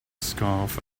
scarf